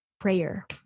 prayer